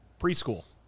preschool